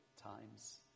times